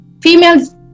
females